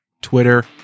Twitter